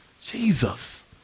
Jesus